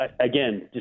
again